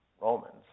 Romans